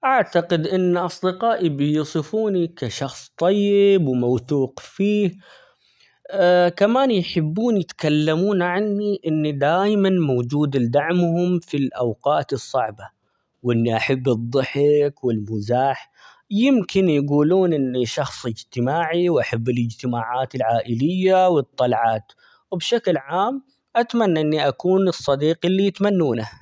أعتقد إن أصدقائي بيوصفوني كشخص طيب ،وموثوق فيه ،كمان يحبون يتكلمون عني إني دايمًا موجود لدعمهم في الأوقات الصعبة، وإني أحب الضحك ،والمزاح، يمكن يقولون إني شخص اجتماعي، وأحب الاجتماعات العائلية ،والطلعات، وبشكل عام أتمنى إني أكون الصديق اللي يتمنونه.